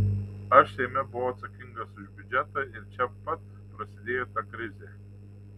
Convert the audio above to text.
aš seime buvau atsakingas už biudžetą ir čia pat prasidėjo ta krizė